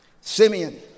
Simeon